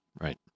Right